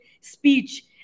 speech